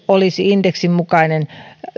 olisi indeksin mukainen